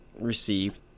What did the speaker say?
received